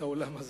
את העולם הזה.